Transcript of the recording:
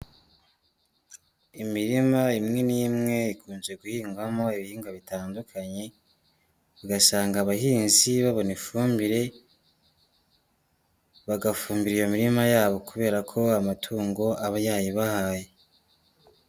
Imirima imwe n'imwe ikunze guhingwamo ibihingwa bitandukanye, ugasanga abahinzi babona ifumbire, bagafumbi iyo mirima yabo kubera ko amatungo aba yayibahaye.